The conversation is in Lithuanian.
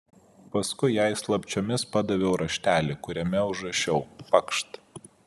paskui jai slapčiomis padaviau raštelį kuriame užrašiau pakšt